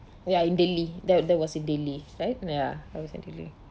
ya in delhi that that was in delhi right ya that was in delhi